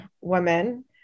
women